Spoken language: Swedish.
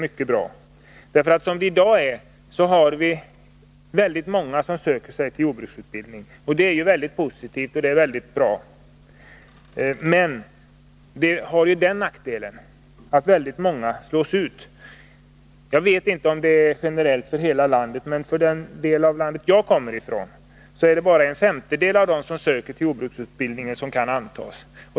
I dag söker sig väldigt många till jordbruksutbildning, och det är positivt och bra, men det har den nackdelen att väldigt många slås ut. Jag vet inte om det gäller generellt för hela landet, men i den del av landet som jag kommer ifrån är det bara en femtedel av dem som söker till jordbruksutbildningen som kan antas.